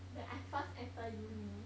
when I first entered uni